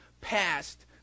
passed